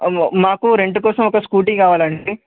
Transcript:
మాకు రెంటు కోసం ఒక స్కూటీ కావాలండి